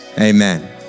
amen